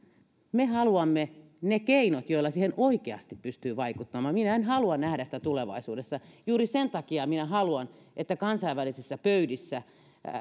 me haluamme ne keinot joilla siihen oikeasti pystyy vaikuttamaan minä en halua nähdä sitä tulevaisuudessa juuri sen takia minä haluan että kansainvälisissä pöydissä